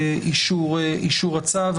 באישור הצו.